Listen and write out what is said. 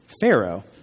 pharaoh